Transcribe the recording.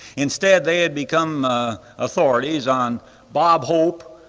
instead, they had become authorities on bob hope,